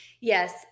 Yes